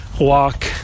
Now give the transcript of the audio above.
walk